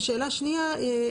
ושאלה שנייה,